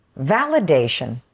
validation